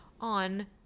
on